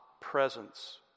presence